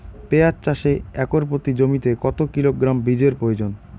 পেঁয়াজ চাষে একর প্রতি জমিতে কত কিলোগ্রাম বীজের প্রয়োজন?